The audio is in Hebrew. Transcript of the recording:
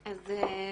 תודה.